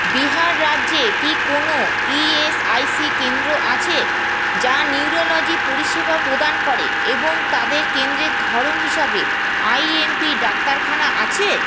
বিহার রাজ্যে কি কোনও ইএসআইসি কেন্দ্র আছে যা নিউরোলজি পরিষেবা প্রদান করে এবং তাদের কেন্দ্রের ধরণ হিসাবে আইএমপি ডাক্তারখানা আছে